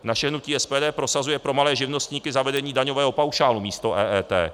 Naše hnutí SPD prosazuje pro malé živnostníky zavedení daňového paušálu místo EET.